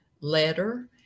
letter